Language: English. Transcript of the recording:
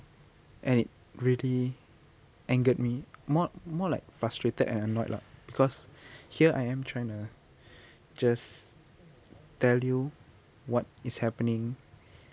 and it really angered me more more like frustrated and annoyed lah because here I am trying to just tell you what is happening